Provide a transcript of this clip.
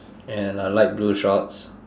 and a light blue shorts